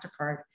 MasterCard